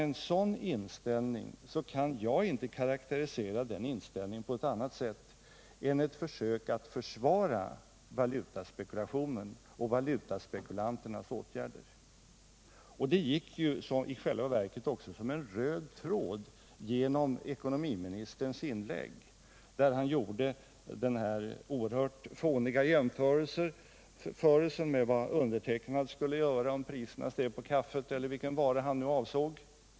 En sådan inställning kan jag inte karakterisera på annat sätt än som ett försök att försvara valutaspekulationen och spekulanternas åtgärder. I själva verket gick denna inställning som en röd tråd genom ekonomiministerns inlägg, då han gjorde den oerhört fåniga jämförelsen med vad jag skulle göra om priserna steg på kaffet, eller vilken vara han nu avsåg.